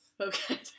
Okay